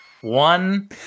one